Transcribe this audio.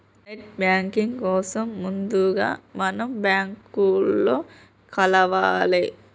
net banking కోసం ముందుగా మనం బ్యాంకులో కలవాలే